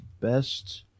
Best